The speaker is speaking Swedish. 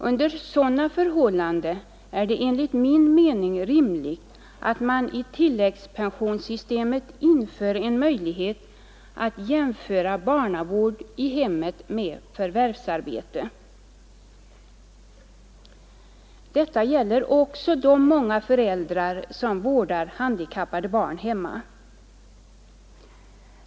Under sådana förhållanden är det enligt min mening rimligt att man i tilläggspensionssystemet inför en möjlighet att jämföra barnavård i hemmet med förvärvsarbete. Detta gäller också de många föräldrar som vårdar handikappade barn hemma.